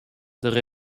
der